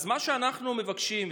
אז מה שאנחנו מבקשים,